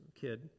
kid